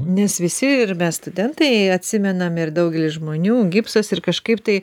nes visi ir mes studentai atsimenam ir daugelis žmonių gipsas ir kažkaip tai